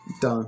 Done